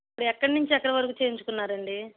ఇప్పుడు ఎక్కడ నుంచి ఎక్కడ వరకు చేయించుకున్నారు అండి